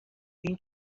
این